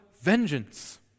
vengeance